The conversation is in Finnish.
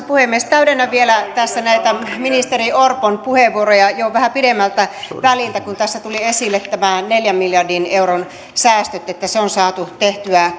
puhemies täydennän vielä tässä näitä ministeri orpon puheenvuoroja jo vähän pidemmältä väliltä tässä tuli esille että nämä neljän miljardin euron säästöt on saatu tehtyä